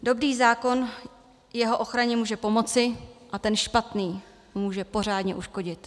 Dobrý zákon k jeho ochraně může pomoci a ten špatný může pořádně uškodit.